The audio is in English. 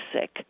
sick